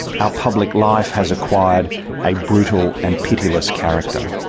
our public life has acquired a brutal and pitiless character.